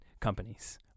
companies